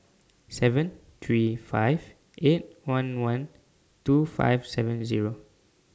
seven three five eight one one two five seven Zero